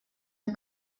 are